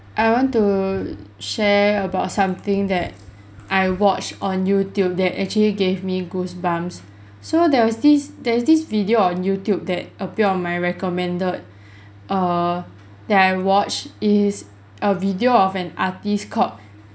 I want to share about something that I watched on YouTube that actually gave me goosebumps so there was this there is this video on YouTube that appear on my recommended err that I watch is a video of an artist called